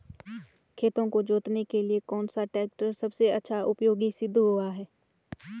खेतों को जोतने के लिए कौन सा टैक्टर सबसे अच्छा उपयोगी सिद्ध हुआ है?